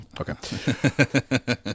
Okay